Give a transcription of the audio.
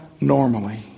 normally